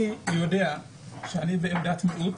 אני יודע שאני כאן בעמדת מיעוט